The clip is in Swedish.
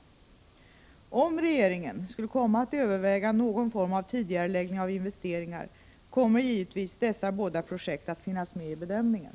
Om regeringen skulle komma att överväga någon form av tidigareläggning av investeringar, kommer givetvis dessa båda projekt att finnas med i bedömningen.